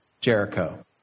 Jericho